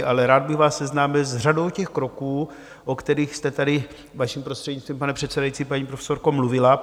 Ale rád bych vás seznámil s řadou těch kroků, o kterých jste tady, vaším prostřednictvím, pane předsedající, paní profesorko, mluvila.